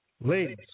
ladies